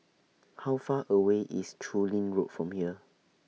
How Far away IS Chu Lin Road from here